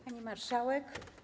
Pani Marszałek!